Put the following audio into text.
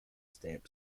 stamp